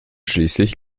schließlich